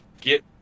get